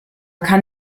kann